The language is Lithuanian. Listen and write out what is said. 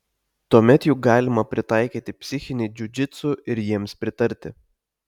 tuomet juk galima pritaikyti psichinį džiudžitsu ir jiems pritarti